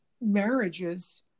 marriages